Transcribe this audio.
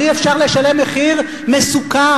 אבל אי-אפשר לשלם מחיר מסוכן.